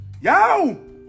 yo